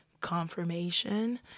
confirmation